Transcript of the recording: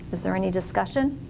is there any discussion?